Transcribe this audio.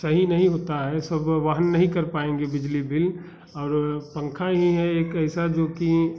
सही नहीं होता है सब वहन नहीं कर पाएंगे बिजली बिल और पंखा ही है एक ऐसा जो कि